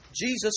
Jesus